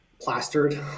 plastered